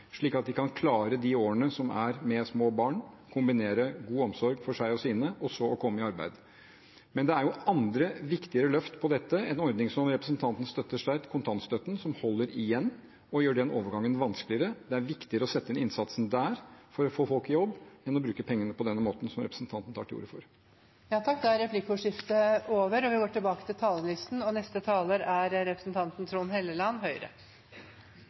slik at de kan klare årene med små barn, kombinere god omsorg for seg og sine og så komme i arbeid. Men det er jo andre, viktigere, løft når det gjelder dette. En ordning som representanten støtter sterkt, kontantstøtten, holder igjen og gjør den overgangen vanskeligere. Det er viktigere å sette inn innsatsen der, for å få folk i jobb, enn å bruke pengene på den måten som representanten tar til orde for. Replikkordskiftet er omme. Det er gledelig å kunne debattere et budsjett framlagt av en borgerlig flertallsregjering. Etter godt samarbeid i seks år med budsjettavtaler har vi fått i stand et offensivt og